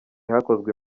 hakozwe